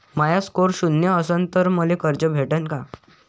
माया score शून्य असन तर मले कर्ज भेटन का?